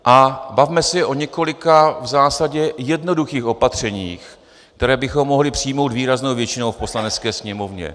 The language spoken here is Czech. A bavme se o několika v zásadě jednoduchých opatřeních, která bychom mohli přijmout výraznou většinou v Poslanecké sněmovně.